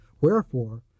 wherefore